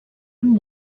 and